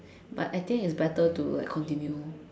but I think it's better to like continue